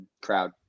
Crowd